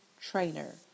trainer